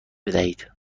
بدهید